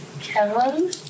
Kevin